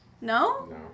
No